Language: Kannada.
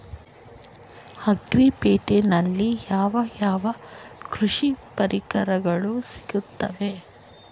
ಅಗ್ರಿ ಪೇಟೆನಲ್ಲಿ ಯಾವ ಯಾವ ಕೃಷಿ ಪರಿಕರಗಳು ಸಿಗುತ್ತವೆ?